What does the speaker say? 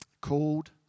called